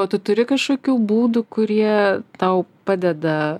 o tu turi kašokių būdų kurie tau padeda